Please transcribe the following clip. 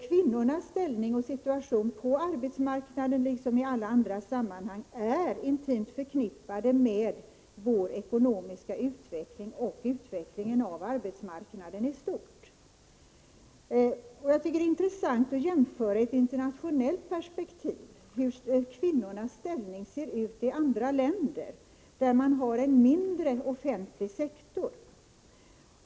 Kvinnornas ställning och situation på arbetsmarknaden liksom i alla andra sammanhang är intimt förknippade med vår ekonomiska utveckling och utvecklingen av arbetsmarknaden i stort. Jag tycker att det är intressant att i ett internationellt perspektiv jämföra hur kvinnornas situation ser ut i andra länder, där man har en mindre offentlig sektor.